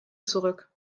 zurück